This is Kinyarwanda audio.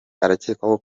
arakekwaho